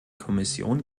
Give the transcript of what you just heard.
kommission